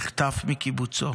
נחטף מקיבוצו,